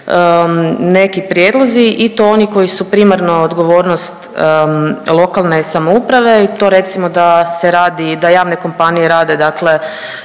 neki prijedlozi i to oni koji su primarno odgovornost lokalne samouprave i to recimo da se radi, da javne kompanije rade, dakle